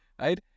right